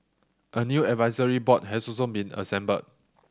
a new advisory board has also been assembled